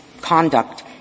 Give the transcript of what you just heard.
conduct